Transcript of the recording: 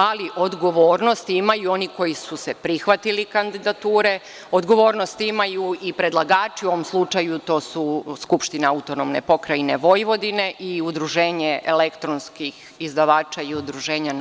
Ali, odgovornost imaju i oni koji su se prihvatili kandidature, odgovornost imaju i predlagači, u ovom slučaju to su Skupština AP Vojvodine i Udruženje elektronskih izdavača i Udruženje